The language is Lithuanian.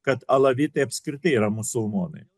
kad alavitai apskritai yra musulmonai